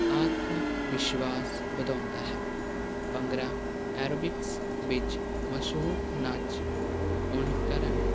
ਆਤਮ ਵਿਸ਼ਵਾਸ ਵਧਾਉਂਦਾ ਹੈ ਭੰਗੜਾ ਐਰੋਬਿਕਸ ਵਿੱਚ ਮਸ਼ਹੂਰ ਨਾਚ ਹੋਣ ਕਾਰਨ